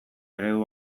eredu